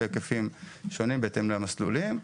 בהיקפים שונים בהתאם למסלולים.